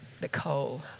Nicole